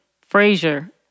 Frazier